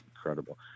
incredible